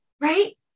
Right